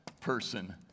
person